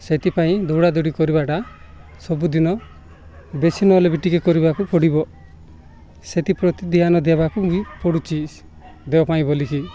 ସେଥିପାଇଁ ଦୌଡ଼ାଦୌଡ଼ି କରିବାଟା ସବୁଦିନ ବେଶୀ ନହଲେ ବି ଟିକେ କରିବାକୁ ପଡ଼ିବ ସେଥିପ୍ରତି ଧ୍ୟାନ ଦେବାକୁ ବି ପଡ଼ୁଛି ଦେହ ପାଇଁ ବୋଲିକି